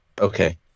Okay